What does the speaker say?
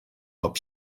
cop